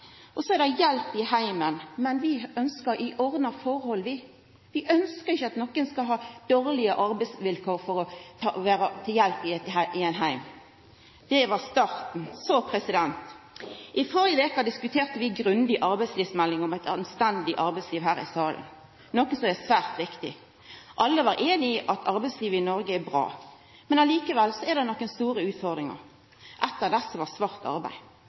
Så om hjelp i heimen: Vi ønskjer at det skal vera i ordna forhold. Vi ønskjer ikkje at nokon skal ha dårlege arbeidsvilkår for å vera til hjelp i ein heim. Dette var starten, men så: I førre veka diskuterte vi her i salen grundig arbeidslivsmeldinga om eit anstendig arbeidsliv, noko som er svært viktig. Alle var einige i at arbeidslivet i Noreg er bra. Likevel er det nokre store utfordringar. Ei av dei er svart arbeid.